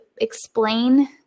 explain